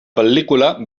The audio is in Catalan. pel·lícula